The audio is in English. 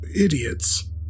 idiots